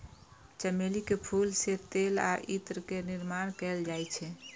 चमेली के फूल सं तेल आ इत्र के निर्माण कैल जाइ छै